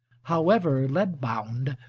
however lead-bound,